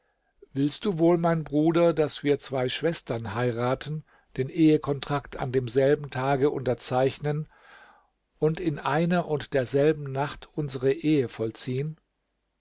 willst du wohl mein bruder daß wir zwei schwestern heiraten den ehekontrakt an demselben tage unterzeichnen und in einer und derselben nacht unsere ehe vollziehen